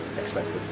expected